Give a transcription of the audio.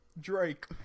Drake